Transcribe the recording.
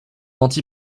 menti